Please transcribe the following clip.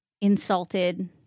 insulted